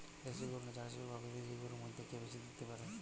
দেশী গরু এবং জার্সি বা বিদেশি গরু মধ্যে কে বেশি দুধ দিতে পারে?